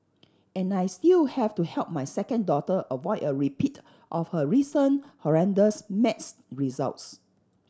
and I still have to help my second daughter avoid a repeat of her recent horrendous maths results